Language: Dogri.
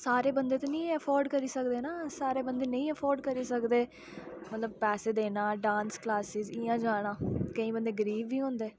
सारे बंदे ते नी ऐफोर्ड करी सकदे न सारे बंदे नेईं ऐफोर्ड करी सकदे मतलब पैसे देना डांस क्लास्स इयां जाना केईं बंदे गरीब बी होंदे